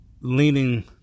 leaning